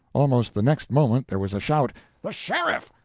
almost the next moment there was a shout the sheriff!